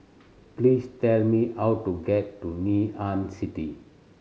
please tell me how to get to Ngee Ann City